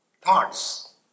Thoughts